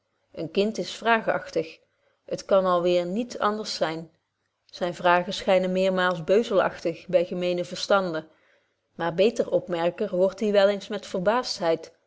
een kind is vraagagtig t kan al weer niet anders zyn zyne vragen schynen meermaal beuzelagtig by gemeene verstanden maar beter opmerker hoort die wel eens met